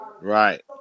Right